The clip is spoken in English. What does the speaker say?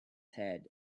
head